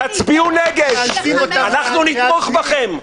תצביעו נגד, אנחנו נתמוך בכם.